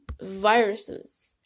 viruses